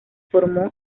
formó